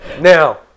now